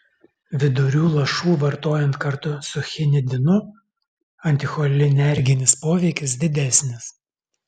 vidurių lašų vartojant kartu su chinidinu anticholinerginis poveikis didesnis